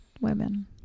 Women